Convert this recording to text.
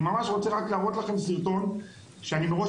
אני ממש רוצה להראות לכם סרטון שאני מראש